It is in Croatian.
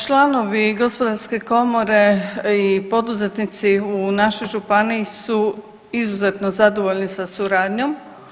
Članovi Gospodarske komore i poduzetnici u našoj županiji su izuzetno zadovoljni sa suradnjom.